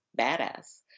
badass